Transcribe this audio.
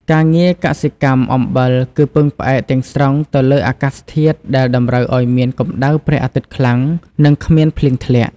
ការងារកសិកម្មអំបិលគឺពឹងផ្អែកទាំងស្រុងទៅលើអាកាសធាតុដែលតម្រូវឲ្យមានកម្តៅព្រះអាទិត្យខ្លាំងនិងគ្មានភ្លៀងធ្លាក់។